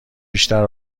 بیشتر